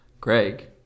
Greg